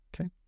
okay